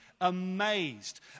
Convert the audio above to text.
amazed